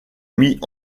mit